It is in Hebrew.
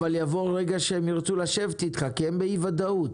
אבל יבוא רגע שהם ירצו לשבת אתך כי הם באי-ודאות.